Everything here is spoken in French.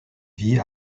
vit